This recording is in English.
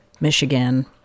Michigan